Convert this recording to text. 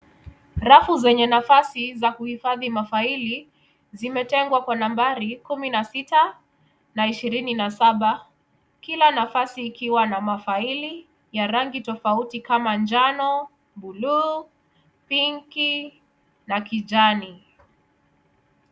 Rafu zenye nafasi za kuhifadhi mafaili zimetengwa kwa nambari kumi na sita na ishirini na saba kila nafasi ikiwa na mafaili ya rangi tofauti kama njano, buluu, pinki na kijani.